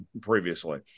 previously